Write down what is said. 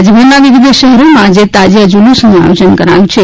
રાજ્યભરના વિવિધ શહેરોમાં આજે તાજિયા જુલુસનુ આયોજન કરાયુ છે